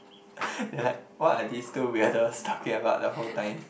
they like what are this two weirdos talking about the whole time